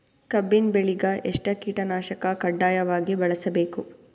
ಕಬ್ಬಿನ್ ಬೆಳಿಗ ಎಷ್ಟ ಕೀಟನಾಶಕ ಕಡ್ಡಾಯವಾಗಿ ಬಳಸಬೇಕು?